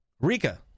Rika